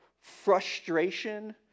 frustration